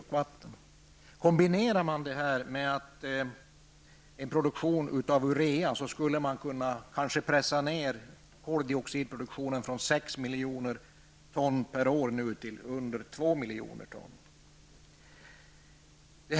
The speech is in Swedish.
Om detta kombineras med en produktion av urea, skulle koldioxidproduktionen kanske kunna pressas ned från 6 miljoner ton till under 2 miljoner ton per år.